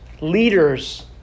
leaders